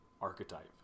archetype